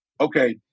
okay